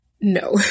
no